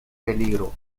peligro